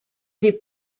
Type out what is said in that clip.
viib